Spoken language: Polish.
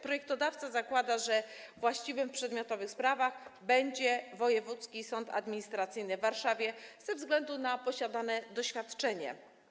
Projektodawca zakłada, że właściwy w przedmiotowych sprawach będzie Wojewódzki Sąd Administracyjny w Warszawie ze względu na posiadane doświadczenie.